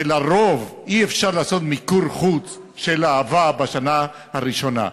ולרוב אי-אפשר לעשות מיקור חוץ של אהבה בשנה הראשונה.